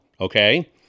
okay